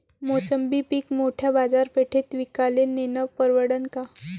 मोसंबी पीक मोठ्या बाजारपेठेत विकाले नेनं परवडन का?